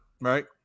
right